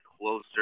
closer